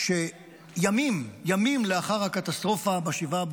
שימים לאחר הקטסטרופה ב-7,